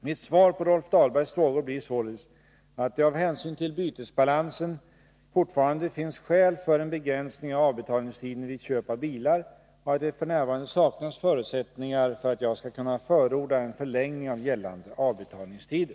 Mitt svar på Rolf Dahlbergs frågor blir således att det av hänsyn till bytesbalansen fortfarande finns skäl för en begränsning av avbetalningstiden vid köp av bilar och att det f. n. saknas förutsättningar för att jag skall kunna förorda en förlängning av gällande avbetalningstider.